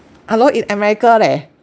hello in america leh